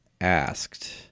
asked